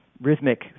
rhythmic